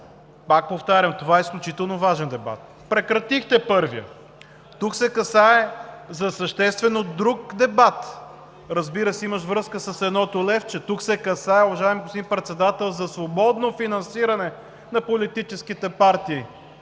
пак повтарям, това е изключително важен дебат. Прекратихте първия. Тук се касае за съществено друг дебат, разбира се, имащ връзка с едното левче. Тук се касае, уважаеми господин Председател, за свободно финансиране на политическите партии